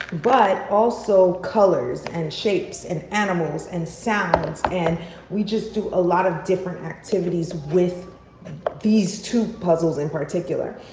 but also colors and shapes and animals and sounds and we just do a lot of different activities with these two puzzles in particular.